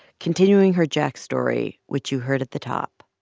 continuing her jack story, which you heard at the top